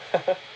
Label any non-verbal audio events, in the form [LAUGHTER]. [LAUGHS]